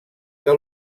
que